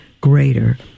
greater